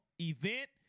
event